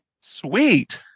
Sweet